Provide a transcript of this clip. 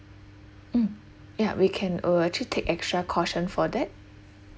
mm ya we can uh actually take extra caution for that